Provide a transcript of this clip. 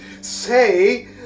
say